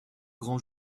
grand